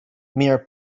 meir